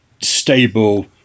stable